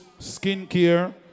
skincare